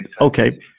Okay